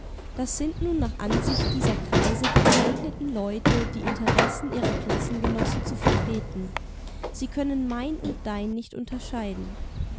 das sind nun nach ansicht dieser kreise die geeigneten leute die interessen ihrer klassengenossen zu vertreten sie können mein und dein nicht unterscheiden